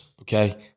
Okay